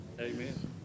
amen